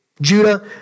Judah